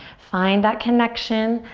find that connection,